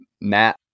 Matt